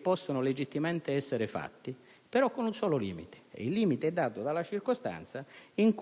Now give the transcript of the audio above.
possono legittimamente essere fatti), ma con un solo limite, quello dato dalla circostanza che